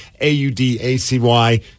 A-U-D-A-C-Y